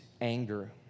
anger